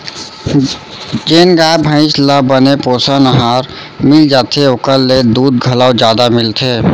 जेन गाय भईंस ल बने पोषन अहार मिल जाथे ओकर ले दूद घलौ जादा मिलथे